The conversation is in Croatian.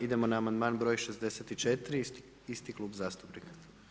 Idemo na amandman broj 64. isti Klub zastupnika.